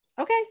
okay